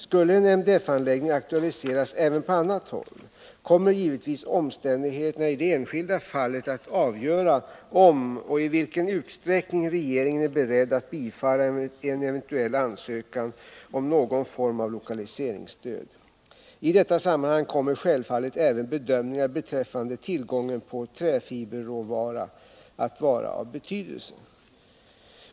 Skulle en MDF-anläggning aktualiseras även på annat håll kommer givetvis omständigheterna i det enskilda fallet att avgöra om och i vilken utsträckning regeringen är beredd att bifalla en eventuell ansökan om någon form av lokaliseringsstöd. I detta sammanhang kommer självfallet även bedömningar beträffande tillgången på träfiberråvara att vara av betydelse.